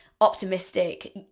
optimistic